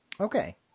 Okay